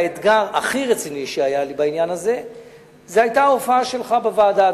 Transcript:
האתגר הכי רציני שהיה לי בעניין הזה היה ההופעה שלך בוועדה,